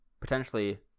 potentially